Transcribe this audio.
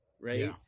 right